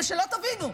ושתבינו,